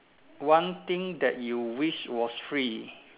one thing that you wish was free